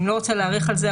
אני לא רוצה להאריך על זה,